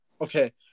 okay